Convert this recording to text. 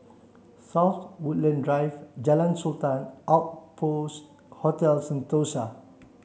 South Woodland Drive Jalan Sultan Outpost Hotel Sentosa